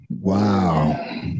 Wow